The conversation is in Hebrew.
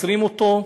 עוצרים אותו.